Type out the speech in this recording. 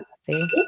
see